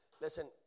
listen